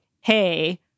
Hey